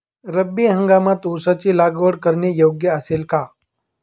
रब्बी हंगामात ऊसाची लागवड करणे योग्य असेल का?